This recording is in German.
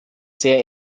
sehr